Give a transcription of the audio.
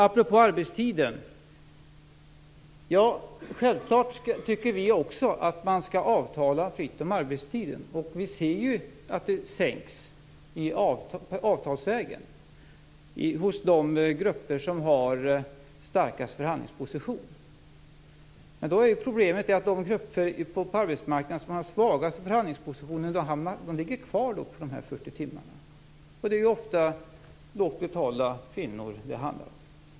Apropå arbetstiden tycker självklart vi också att man skall avtala fritt om denna. Vi ser ju att den sänks avtalsvägen hos de grupper som har starkast förhandlingsposition. Men då är problemet att de grupper på arbetsmarknaden som har svagast förhandlingsposition ligger kvar på 40 timmar. Ofta är det lågt betalda kvinnor det handlar om.